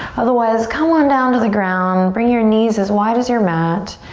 otherwise come on down to the ground, bring your knees as wide as your mat,